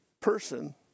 person